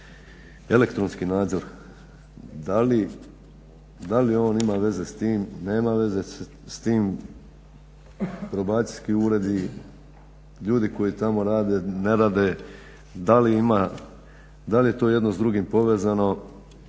Elektronski nadzor da li on ima veze s time, nema veze s tim, probacijski uredi, ljudi koji tamo rade, ne rade, da li ima, da li je to jedno s drugim povezano.